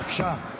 בבקשה,